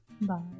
Bye